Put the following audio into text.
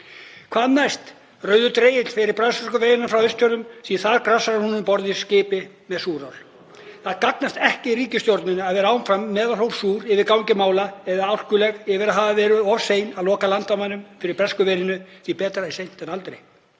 Hvað næst? Rauður dregill fyrir brasilísku veiruna frá Austfjörðum því að þar grasserar hún um borð í skipi með súrál? Það gagnast ekki ríkisstjórninni að vera áfram meðalhófssúr yfir gangi mála eða álkuleg yfir að hafa verið of sein að loka landamærunum fyrir bresku veirunni því að betra er seint en aldrei.